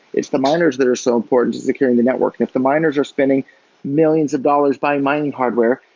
it's the miners that are so important to securing the network. and if the miners are spending millions of dollars by mining hardware,